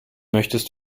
möchtest